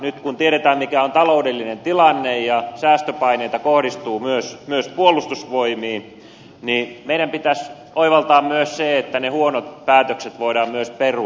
nyt kun tiedetään mikä on taloudellinen tilanne ja säästöpaineita kohdistuu myös puolustusvoimiin niin meidän pitäisi oivaltaa se että ne huonot päätökset voidaan myös perua